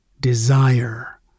desire